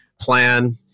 plan